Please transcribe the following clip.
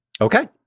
Okay